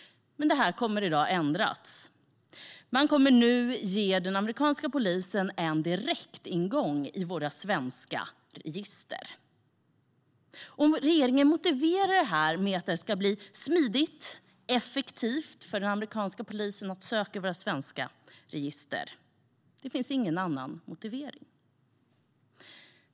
Men i dag kommer detta att ändras. Man kommer nu att ge den amerikanska polisen en direktingång till våra svenska register. Regeringen motiverar detta med att det ska bli smidigt och effektivt för den amerikanska polisen att söka i våra svenska register. Det finns ingen annan motivering.